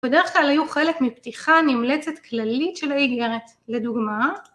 ‫בדרך כלל היו חלק מפתיחה נמלצת ‫כללית של האיגרת, לדוגמה.